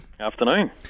Afternoon